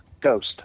Ghost